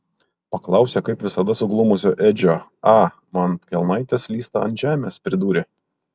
paklausė kaip visada suglumusio edžio a man kelnaitės slysta ant žemės pridūrė